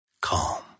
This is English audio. calm